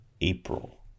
April